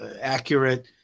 accurate